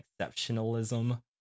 exceptionalism